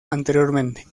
anteriormente